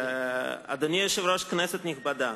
אדוני היושב-ראש, כנסת נכבדה,